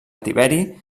tiberi